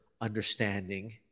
understanding